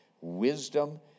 wisdom